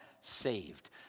saved